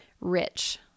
rich